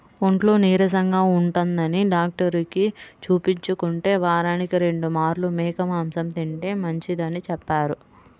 ఒంట్లో నీరసంగా ఉంటందని డాక్టరుకి చూపించుకుంటే, వారానికి రెండు మార్లు మేక మాంసం తింటే మంచిదని చెప్పారు